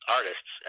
artists